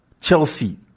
Chelsea